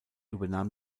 übernahm